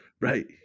right